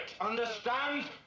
understand